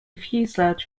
fuselage